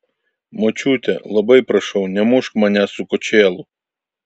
močiute labai prašau nemušk manęs su kočėlu